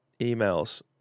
emails